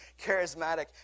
charismatic